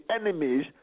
enemies